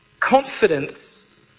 Confidence